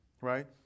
Right